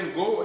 go